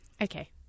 Okay